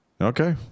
Okay